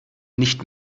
nicht